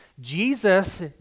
Jesus